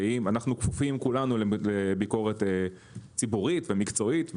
ואנחנו כפופים כולנו לביקורת ציבורית ומקצועית,